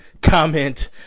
comment